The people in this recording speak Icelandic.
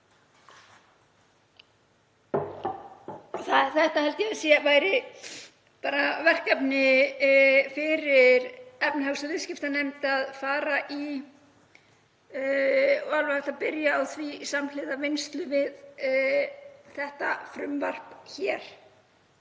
Þetta held ég að væri verkefni fyrir efnahags- og viðskiptanefnd að fara í og alveg hægt að byrja á því samhliða vinnslu við þetta frumvarp hér.